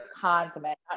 condiment